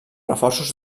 reforços